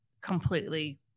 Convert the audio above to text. completely